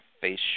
face